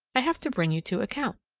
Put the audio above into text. i have to bring you to account.